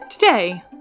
Today